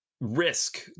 Risk